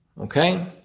Okay